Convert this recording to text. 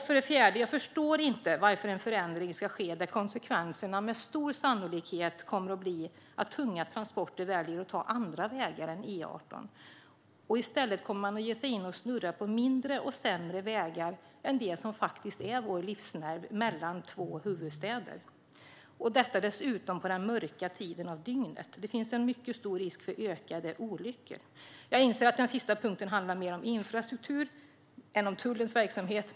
För det fjärde förstår jag inte varför en förändring ska ske när konsekvenserna med stor sannolikhet kommer att bli att tunga transporter kommer att välja att ta andra vägar än E18. Man kommer att ge sig in och snurra på mindre och sämre vägar än det som är vår livsnerv mellan två huvudstäder, dessutom på den mörka tiden av dygnet. Det finns en mycket stor risk för ett ökat antal olyckor. Jag inser att den sista punkten handlar mer om infrastruktur än om tullens verksamhet.